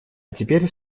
теперь